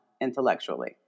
intellectually